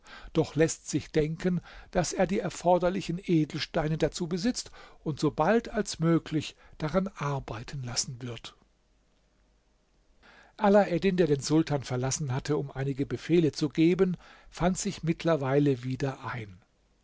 doch läßt sich denken daß er die erforderlichen edelsteine dazu besitzt und so bald als möglich daran arbeiten lassen wird alaeddin der den sultan verlassen hatte um einige befehle zu geben fand sich mittlerweile wieder ein